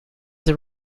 the